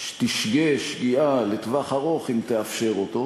תשגה שגיאה לטווח ארוך אם תאפשר אותו.